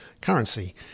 currency